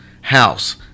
house